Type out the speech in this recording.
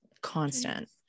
constant